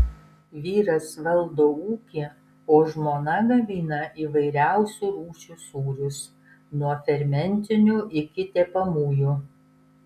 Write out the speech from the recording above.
vyras valdo ūkį o žmona gamina įvairiausių rūšių sūrius nuo fermentinių iki tepamųjų